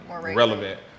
relevant